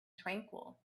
tranquil